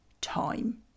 time